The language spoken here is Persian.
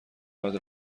بعد